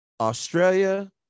Australia